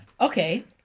Okay